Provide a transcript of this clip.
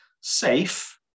safe